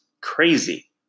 crazy